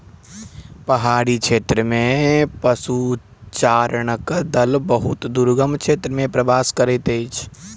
पहाड़ी क्षेत्र में पशुचारणक दल बहुत दुर्गम क्षेत्र में प्रवास करैत अछि